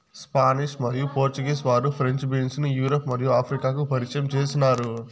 Spanish మరియు Portuguese వారు French beans ను యూరప్ మరియు ఆఫ్రికాకు పరిచయం చేసినారు